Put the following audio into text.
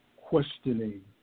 questioning